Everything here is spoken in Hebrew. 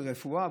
של רפואה,